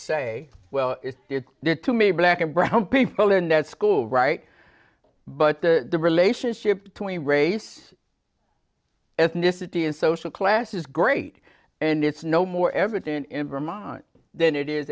say well if it did to me black and brown people in that school right but the relationship between race ethnicity and social class is great and it's no more evident in vermont then it is